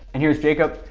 and here's jacob,